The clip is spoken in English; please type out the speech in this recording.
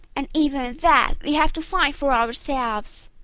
and even that we have to find for ourselves